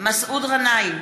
מסעוד גנאים,